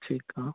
ठीक आहे